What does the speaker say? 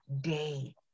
day